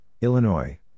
Illinois